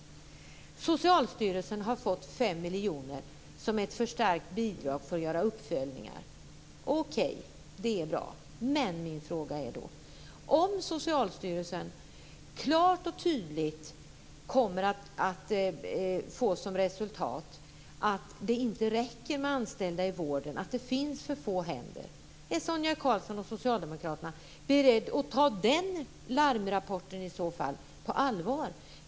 Socialstyrelsen har fått 5 miljoner som ett förstärkt bidrag för att göra uppföljningar. Okej, det är bra. Men min fråga är då: Om Socialstyrelsens uppföljningar klart och tydligt kommer att få som resultat att antalet anställda i vården inte räcker, att det finns för få händer, är Sonia Karlsson och Socialdemokraterna i så fall beredda att ta den larmrapporten på allvar?